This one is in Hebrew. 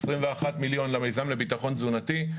21 מיליון למיזם לביטחון תזונתי,